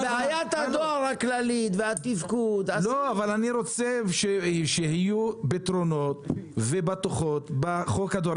--- אבל אני רוצה שיהיו פתרונות ובטוחות בחוק הזה.